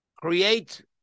create